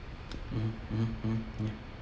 mmhmm mmhmm mmhmm mmhmm